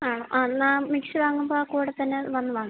ആ ആ എന്നാൽ മിക്സി വങ്ങുമ്പം കൂടെ തന്നെ വന്ന് വാങ്ങാം